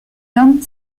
l’homme